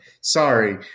Sorry